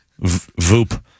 Voop